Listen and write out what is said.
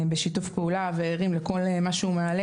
בשיתוף פעולה וערים לכל מה שהוא מעלה